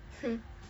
hmm